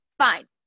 Fine